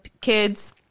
kids